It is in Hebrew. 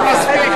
יש מספיק,